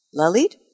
Lalit